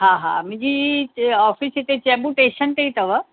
हा हा मुंहिंजी ऑफिस हिते चेम्बूर स्टेशन ते ई अथव